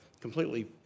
completely